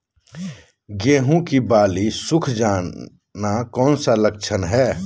गेंहू की बाली सुख जाना कौन सी लक्षण है?